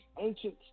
ancient